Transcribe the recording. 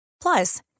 Plus